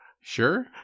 Sure